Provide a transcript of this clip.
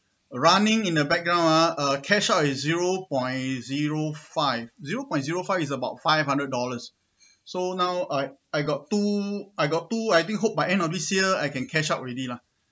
running in a background uh cash out is zero point zero five zero point zero five is about five hundred dollars so now I I got two I got two I think hope by end of this year I can cash out already lah